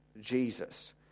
Jesus